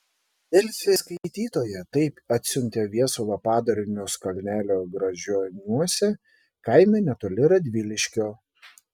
delfi skaitytoja taip atsiuntė viesulo padarinius kalnelio gražioniuose kaime netoli radviliškio